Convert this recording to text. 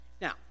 Now